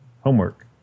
homework